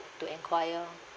to enquire